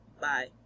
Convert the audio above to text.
Bye